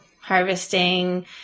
harvesting